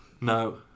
No